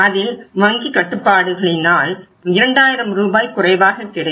அதில் வங்கி கட்டுப்பாடுகளினால் 2000 ரூபாய் குறைவாக கிடைக்கும்